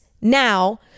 now